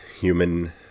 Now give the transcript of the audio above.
human